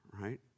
right